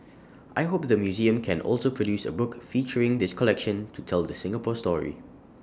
I hope the museum can also produce A book featuring this collection to tell the Singapore story